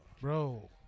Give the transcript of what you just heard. Bro